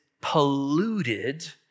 polluted